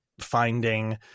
finding